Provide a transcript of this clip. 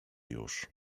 już